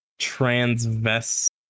transvest